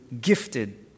gifted